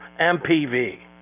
MPV